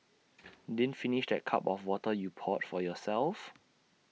didn't finish that cup of water you poured for yourself